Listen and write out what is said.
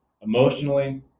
Emotionally